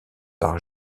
par